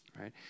right